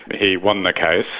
he won the case,